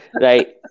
Right